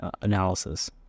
analysis